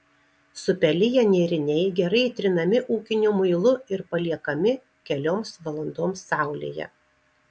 supeliję nėriniai gerai įtrinami ūkiniu muilu ir paliekami kelioms valandoms saulėje